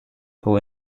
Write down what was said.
who